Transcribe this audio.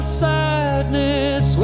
sadness